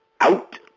out